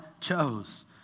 chose